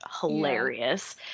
hilarious